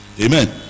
amen